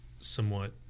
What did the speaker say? somewhat